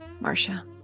Marcia